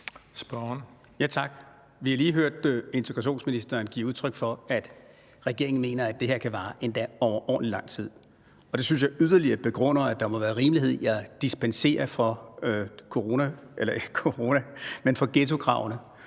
Tak. Vi har lige hørt integrationsministeren give udtryk for, at regeringen mener, at det her kan vare endda overordentlig lang tid, og det synes jeg yderligere begrunder, at der må være rimelighed i at dispensere fra ghettokravene.